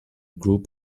group